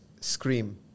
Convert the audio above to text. scream